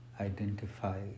identify